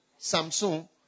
Samsung